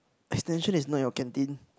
extension is not your canteen